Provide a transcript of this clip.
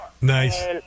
Nice